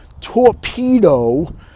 torpedo